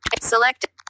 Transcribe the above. select